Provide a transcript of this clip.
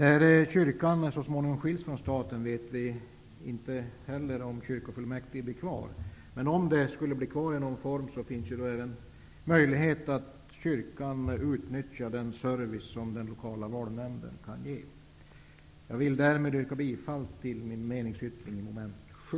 Vi vet inte heller om kyrkofullmäktige blir kvar när kyrkan så småningom skiljs från staten, men om det skulle bli kvar i någon form, finns det möjlighet för kyrkan att utnyttja den service som den lokala valnämnden kan ge. Jag vill med detta yrka bifall till min meningsyttring under mom. 7.